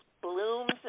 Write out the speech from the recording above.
blooms